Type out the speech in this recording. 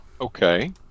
Okay